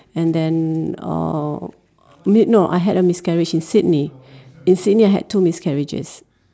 and then uh y~ no I had a miscarriage in Sydney in Sydney I had two miscarriages